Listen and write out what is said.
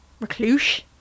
Recluse